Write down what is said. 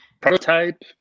Prototype